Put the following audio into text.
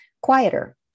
quieter